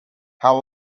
how